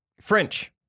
french